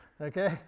Okay